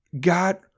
God